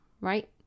right